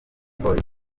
boyz